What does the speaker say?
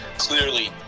Clearly